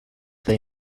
they